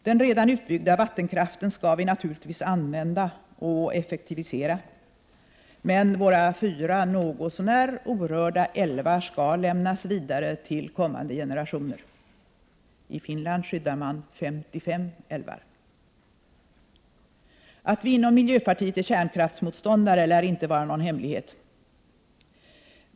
Den redan utbyggda vattenkraften skall vi naturligtvis använda och effektivisera, men våra fyra något så när orörda älvar skall lämnas vidare till kommande generationer. I Finland skyddar man 55 älvar! Att vi inom miljöpartiet är kärnkraftsmotståndare lär inte vara någon hemlighet.